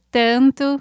tanto